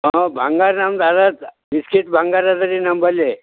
ಹ್ಞೂಂ ಬಂಗಾರ ನಮ್ಮದು ಅದು ಬಿಸ್ಕಿಟ್ ಬಂಗಾರ ಅದ ರೀ ನಂಬಲ್ಲಿ